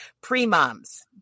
pre-moms